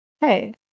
hey